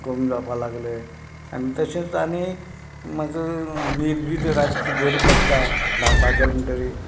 कमी जावपाक लागलें आनी तशेंच आमी म्हाका न्हीद बी रातची बरीं पडटा धांवपाक गेलो म्हणटकच